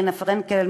רינה פרנקל,